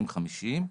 50%-50%,